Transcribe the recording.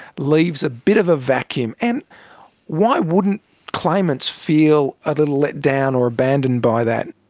lives a bit of a vacuum. and why wouldn't claimants feel a little let down or abandoned by that.